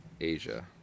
Asia